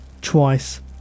twice